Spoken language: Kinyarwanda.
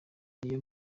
niyo